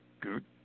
good